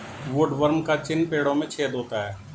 woodworm का चिन्ह पेड़ों में छेद होता है